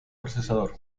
procesador